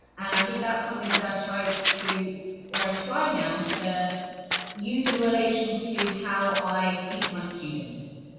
and i think that's something that i tried to or i try now to use in relation to how i teach my students